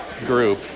group